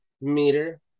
Meter